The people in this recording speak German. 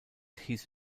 hieß